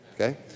Okay